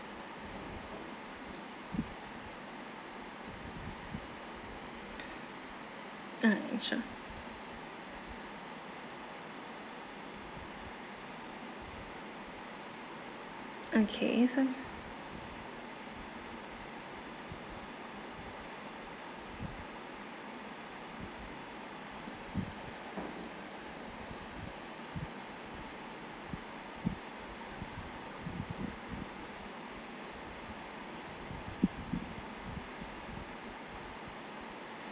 ah extra okay so